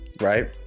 right